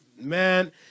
man